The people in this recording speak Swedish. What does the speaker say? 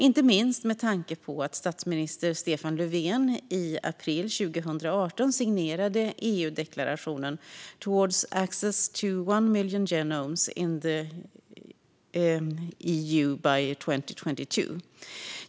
Inte minst med tanke på att statsminister Stefan Löfven i april 2018 signerade EU-deklarationen Towards access to 1 million Genomes in the EU by 2022 .